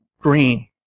green